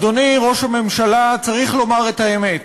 תודה לך, אדוני ראש הממשלה, צריך לומר את האמת,